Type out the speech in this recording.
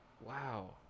Wow